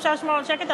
אפשר לשמור על שקט?